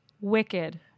Wicked